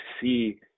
see